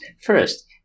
First